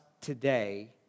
today